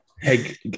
Hey